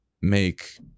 make